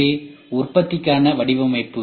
இதுவே உற்பத்திக்கான வடிவமைப்பு